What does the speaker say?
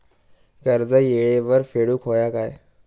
कर्ज येळेवर फेडूक होया काय?